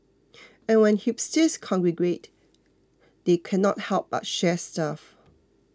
and when hipsters congregate they cannot help but share stuff